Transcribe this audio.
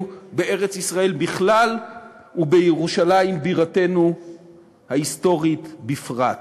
בארץ-ישראל בכלל ובירושלים בירתנו ההיסטורית בפרט.